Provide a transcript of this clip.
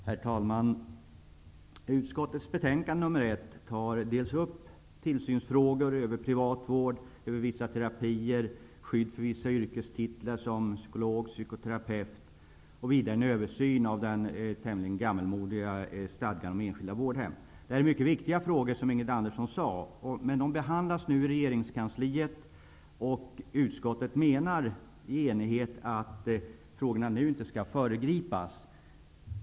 Herr talman! I utskottets betänkande SoU1 tas bl.a. upp frågor om tillsyn över privat vård, över vissa terapier och frågor om skydd för vissa yrkestitlar som psykolog och psykoterapeut och om en översyn av den tämligen gammalmodiga stadgan om enskilda vårdhem. Detta är, som Ingrid Andersson sade, mycket viktiga frågor. Men de behandlas nu i regeringskansliet, och ett enigt utskott menar att frågorna nu inte skall föregripas.